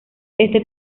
este